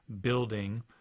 building